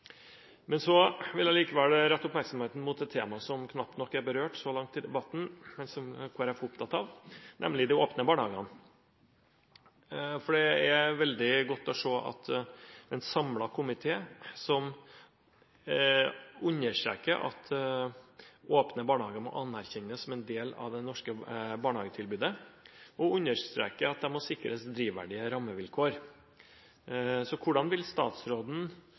men også på regelverket her. Jeg vil allikevel rette oppmerksomheten mot et tema som så langt i debatten knapt nok er berørt, men som Kristelig Folkeparti er opptatt av, nemlig de åpne barnehagene. Det er veldig godt å se at det er en samlet komité som understreker at åpne barnehager må «anerkjennes som del av det norske barnehagetilbudet», og at de må sikres «drivverdige rammevilkår». Hvordan vil statsråden